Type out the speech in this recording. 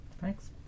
thanks